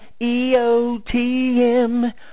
EOTM